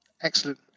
Excellent